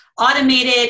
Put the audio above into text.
automated